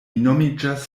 nomiĝas